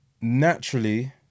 naturally